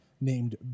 named